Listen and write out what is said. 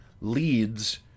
leads